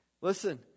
listen